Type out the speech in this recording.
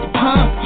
pump